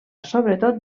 sobretot